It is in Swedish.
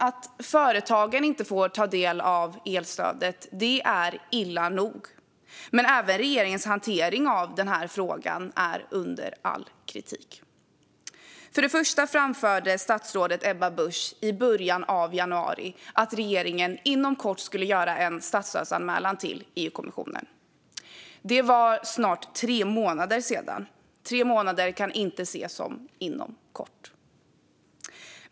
Att företagen inte får ta del av elstödet är illa nog, men även regeringens hantering av frågan är under all kritik. För det första framförde statsrådet Ebba Busch i början av januari att regeringen inom kort skulle göra en statsstödsanmälan till EU-kommissionen. Det är snart tre månader sedan. Tre månader kan inte ses som "inom kort".